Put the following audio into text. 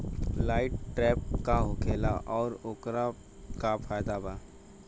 Light trap का होखेला आउर ओकर का फाइदा बा?